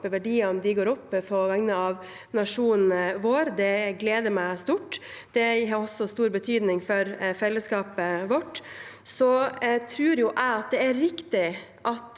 verdiene går opp på vegne av nasjonen vår. Det gleder meg stort. Det har også stor betydning for fellesskapet vårt. Jeg tror jo at det er riktig at